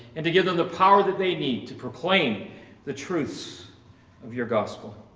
and to give them the power that they need to proclaim the truths of your gospel.